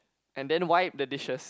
and then wipe the dishes